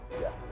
yes